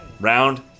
Round